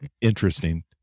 Interesting